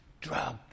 drug